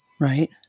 right